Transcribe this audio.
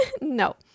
No